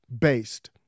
based